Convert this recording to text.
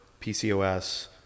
PCOS